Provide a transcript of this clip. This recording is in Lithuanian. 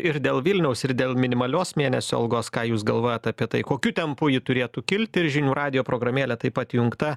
ir dėl vilniaus ir dėl minimalios mėnesio algos ką jūs galvojat apie tai kokiu tempu ji turėtų kilti ir žinių radijo programėlė taip pat įjungta